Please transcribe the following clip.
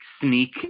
sneak